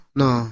no